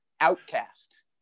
outcast